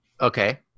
okay